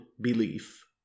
belief